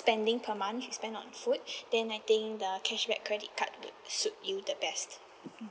spending per month to spend on food then I think the cashback credit card would suit you the best uh mm